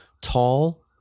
tall